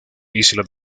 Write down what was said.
isla